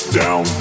down